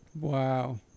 wow